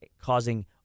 causing